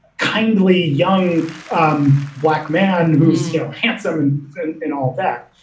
kindly young um black man who's so handsome in in all that,